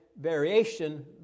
variation